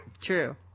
True